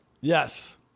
Yes